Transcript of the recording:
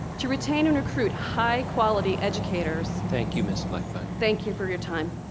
to retain and recruit high quality educators. thank you, miss lechban. thank you for your time.